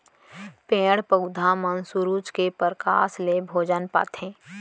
पेड़ पउधा मन सुरूज के परकास ले भोजन पाथें